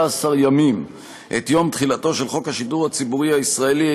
ימים את יום תחילתו של חוק השידור הציבורי הישראלי,